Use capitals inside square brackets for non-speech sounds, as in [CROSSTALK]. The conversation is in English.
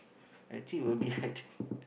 I think it will be hard [NOISE]